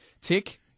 tick